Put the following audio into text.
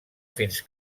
fins